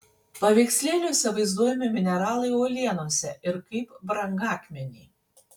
paveikslėliuose vaizduojami mineralai uolienose ir kaip brangakmeniai